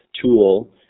tool